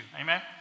Amen